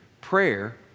Prayer